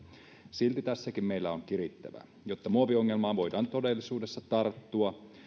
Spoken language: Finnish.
silti meillä on tässäkin kirittävää jotta muoviongelmaan voidaan todellisuudessa tarttua